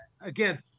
again